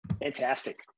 Fantastic